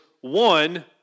one